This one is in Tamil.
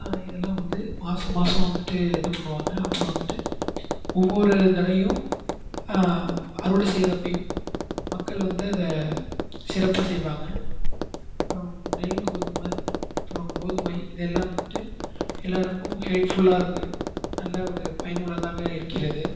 இதெலாம் வந்து மாதம் மாதம் வந்துட்டு இது பண்ணுவாங்க அப்புறம் வந்துட்டு ஒவ்வொரு தடைவையும் அறுவடை செய்யுறப்பையும் மக்கள் வந்து அதை சிறப்பாக செய்வாங்க அப்புறம் நெல் கோதுமை அப்புறம் கோதுமை இதெல்லாம் வந்துட்டு எல்லோருக்கும் ஹெல்ஃபுல்லாக இருக்கு நல்லா ஒரு பயனுள்ளதாக இருக்கிறது